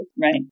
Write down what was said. Right